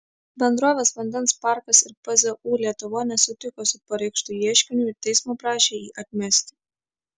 bendrovės vandens parkas ir pzu lietuva nesutiko su pareikštu ieškiniu ir teismo prašė jį atmesti